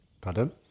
Pardon